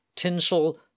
tinsel